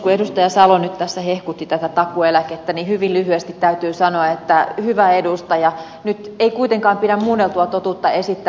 mauri salo nyt tässä hehkutti tätä takuueläkettä niin hyvin lyhyesti täytyy sanoa että hyvä edustaja nyt ei kuitenkaan pidä muunneltua totuutta esittää